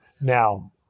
Now